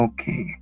Okay